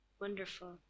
Wonderful